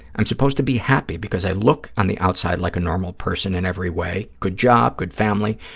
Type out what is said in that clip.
i'm supposed to be happy because i look on the outside like a normal person in every way, good job, good family,